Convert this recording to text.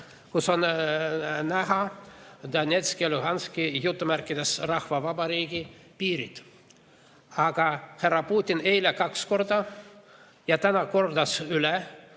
kus on näha Donetski ja Luhanski "rahvavabariigi" piirid. Aga härra Putin ütles eile kaks korda ja täna kordas üle,